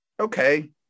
Okay